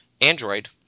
Android